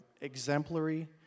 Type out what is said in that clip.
exemplary